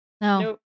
no